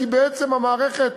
כי בעצם המערכת,